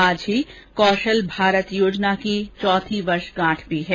आज ही कौशल भारत योजना की चौथी वर्षगांठ भी है